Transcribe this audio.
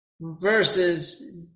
versus